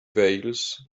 veils